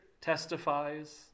testifies